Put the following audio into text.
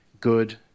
good